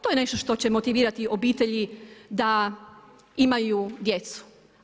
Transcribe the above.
To je nešto što će motivirati obitelji da imaju djecu.